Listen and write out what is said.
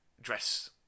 dress